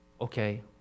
Okay